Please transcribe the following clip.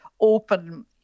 open